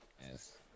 Yes